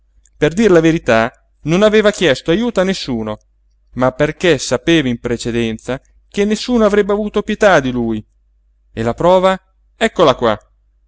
per dir la verità non aveva chiesto ajuto a nessuno ma perché sapeva in precedenza che nessuno avrebbe avuto pietà di lui e la prova eccola qua